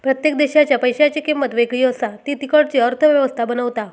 प्रत्येक देशाच्या पैशांची किंमत वेगळी असा ती तिकडची अर्थ व्यवस्था बनवता